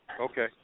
Okay